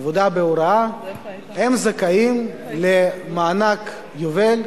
עבודה בהוראה, זכאים למענק יובל.